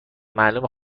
معلومه